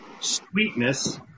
Sweetness